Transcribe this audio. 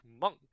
monk